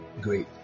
Great